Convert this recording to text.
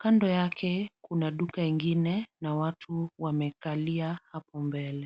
Kando yake kuna duka ingine na watu wamekalia hapo mbele.